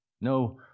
no